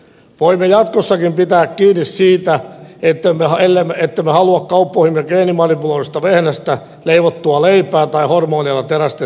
voimme jatkossakin pitää kiinni siitä ettemme halua kauppoihimme geenimanipuloidusta vehnästä leivottua leipää tai hormoneilla terästettyä lihaa